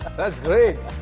that's great!